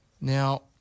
Now